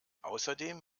außerdem